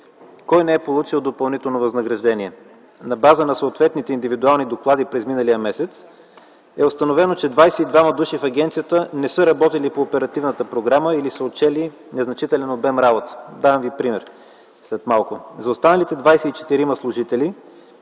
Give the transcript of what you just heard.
Кой не е получил допълнително възнаграждение? На база на съответните индивидуални доклади през миналия месец е установено, че 22 души в агенцията не са работили по оперативната програма или са отчели незначителен обем работа. Давам Ви пример, след малко. За останалите 24 служители,